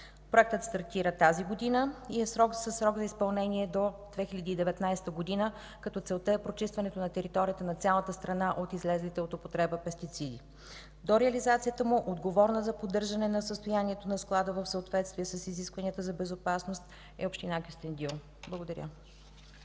Проектът стартира тази година и е със срок за изпълнение до 2019 г., като целта е прочистването на територията на цялата страна от излезлите от употреба пестициди. До реализацията му отговорна за поддържане на състоянието на склада в съответствие с изискванията за безопасност е община Кюстендил. Благодаря.